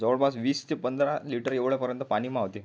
जवळपास वीस ते पंधरा लिटर एवढ्यापर्यन्त पाणी मावते